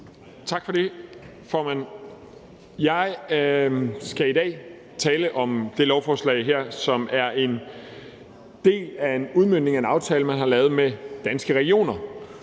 Tak for det, formand. Jeg skal i dag tale om det her lovforslag, som er en del af en udmøntning af en aftale, man har lavet med Danske Regioner.